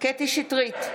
קטי קטרין שטרית,